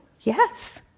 Yes